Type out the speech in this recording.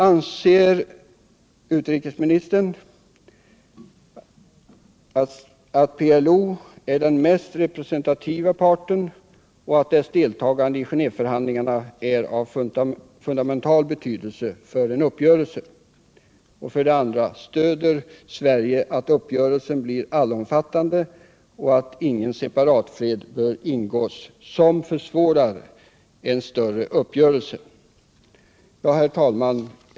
Anser utrikesministern att PLO är den mest representativa parten och att dess deltagande i Genéveförhandlingarna är av fundamental betydelse för en uppgörelse? 2. Stöder Sverige linjen att uppgörelsen bör bli allomfattande och att ingen separatfred bör ingås som försvårar en större uppgörelse? Herr talman!